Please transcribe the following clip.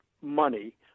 money